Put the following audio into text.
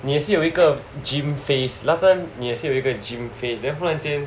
你也是有一个 gym phase last time 你也是有一个 gym phase then 突然间